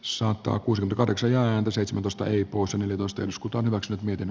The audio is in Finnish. soittaa kuusi kahdeksan ja seitsemäntoista ei kosonen kosteuskutomokset miten